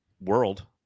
world